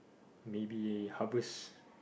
maybe harvest